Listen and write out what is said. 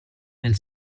nel